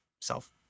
self